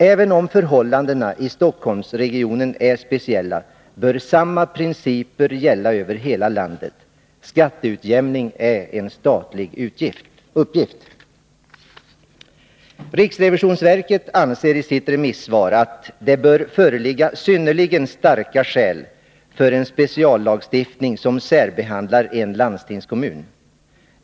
Även om förhållandena i Stockholmsregionen är speciella, bör samma principer gälla över hela landet. Skatteutjämning är en statlig uppgift. RRV anser i sitt remissvar att ”det bör föreligga synnerligen starka skäl för en speciallagstiftning som särbehandlar en landstingskommun”.